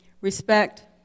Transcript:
respect